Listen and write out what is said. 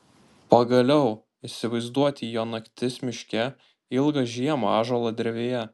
pagaliau įsivaizduoti jo naktis miške ilgą žiemą ąžuolo drevėje